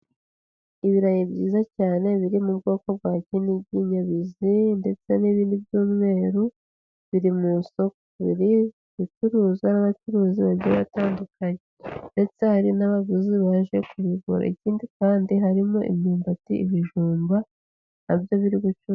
Ibirayi byiza cyane biri mu bwoko bwa kinigi nyabize, ndetse n'ibindi by'umweru, biri mu soko. Biri gucuruzwa n'abacuruzi bagiye batandukanye, ndetse hari n'abaguzi baje kubigura. Ikindi kandi harimo imyumbati, ibijumba, na byo biri gucuru...